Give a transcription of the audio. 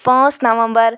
پانٛژھ نومبر